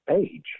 age